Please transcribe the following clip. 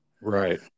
Right